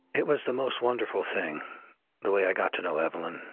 it was the most wonderful thing. the way i got to know evelyn.